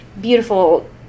Beautiful